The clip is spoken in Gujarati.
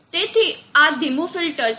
તેથી આ ધીમું ફિલ્ટર છે